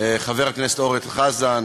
חבר הכנסת אורן חזן